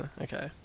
Okay